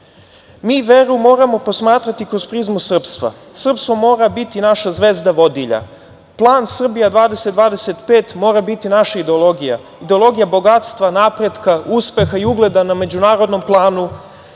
veru moramo posmatrati kroz prizmu srpstva. Srpstvo mora biti naša zvezda vodilja. Plan „Srbija 2025“ mora biti naša ideologija, ideologija bogatstva, napretka, uspeha i ugleda na međunarodnom planu,